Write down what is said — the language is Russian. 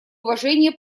уважение